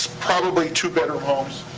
probably two-bedroom homes.